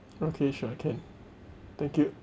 okay sure can thank you